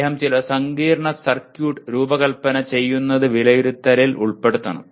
അദ്ദേഹം ചില സങ്കീർണ്ണ സർക്യൂട്ട് രൂപകൽപ്പന ചെയ്യുന്നത് വിലയിരുത്തലിൽ ഉൾപ്പെടുത്തണം